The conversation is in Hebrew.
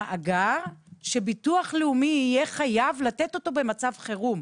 יש מאגר שהביטוח הלאומי יהיה חייב לתת אותו במצב חירום,